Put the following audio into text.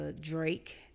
Drake